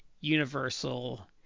universal